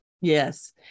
Yes